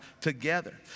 together